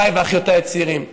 אחיי ואחיותיי הצעירים,